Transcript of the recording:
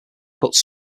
cuts